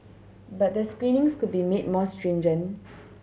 but the screenings could be made more stringent